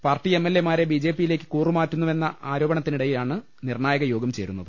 party M L A മാരെ ബിജെപിയിലേക്ക് കൂറുമാറ്റുന്നുവെന്ന ആരോപണത്തിനിടയിലാണ് നിർണായക യോഗം ചേരുന്നത്